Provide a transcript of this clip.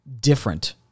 different